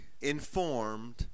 informed